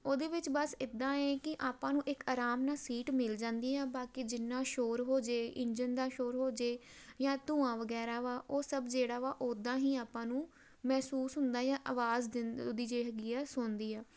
ਉਹਦੇ ਵਿੱਚ ਬਸ ਇੱਦਾਂ ਹੈ ਕਿ ਆਪਾਂ ਨੂੰ ਇੱਕ ਆਰਾਮ ਨਾਲ ਸੀਟ ਮਿਲ ਜਾਂਦੀ ਆ ਬਾਕੀ ਜਿੰਨਾ ਸ਼ੋਰ ਹੋ ਜਾਵੇ ਇੰਜਨ ਦਾ ਸ਼ੋਰ ਹੋ ਜਾਵੇ ਜਾਂ ਧੂੰਆਂ ਵਗੈਰਾ ਵਾ ਉਹ ਸਭ ਜਿਹੜਾ ਵਾ ਉਦਾਂ ਹੀ ਆਪਾਂ ਨੂੰ ਮਹਿਸੂਸ ਹੁੰਦਾ ਜਾਂ ਆਵਾਜ਼ ਦੀ ਜੇ ਹੈਗੀ ਆ ਸੁਣਦੀ ਆ